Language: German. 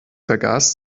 vergaß